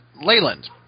Leyland